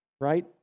right